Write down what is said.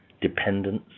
dependence